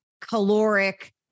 caloric